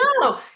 no